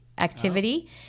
activity